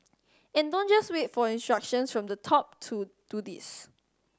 and don't just wait for instructions from the top to do this